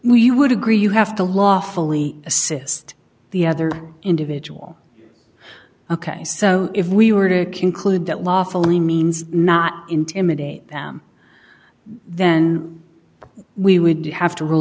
we would agree you have to lawfully assist the other individual ok so if we were to conclude that lawfully means not intimidate them then we would have to rule